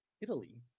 Italy